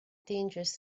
dangerous